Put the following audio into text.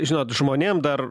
žinot žmonėm dar